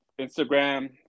Instagram